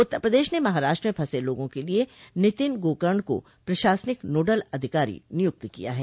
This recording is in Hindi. उत्तर प्रदेश ने महाराष्ट्र में फंसे लोगों के लिए नितिन गोकर्ण को प्रशासनिक नोडल अधिकारी नियुक्त किया है